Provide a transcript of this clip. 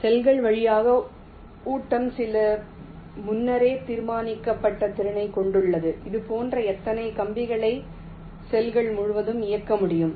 செல்கள் வழியாக ஊட்டம் சில முன்னரே தீர்மானிக்கப்பட்ட திறனைக் கொண்டுள்ளது இதுபோன்ற எத்தனை கம்பிகளை செல்கள் முழுவதும் இயக்க முடியும்